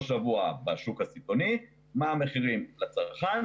שבוע בשוק הסיטונאי ומה המחירים לצרכן.